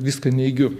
viską neigiu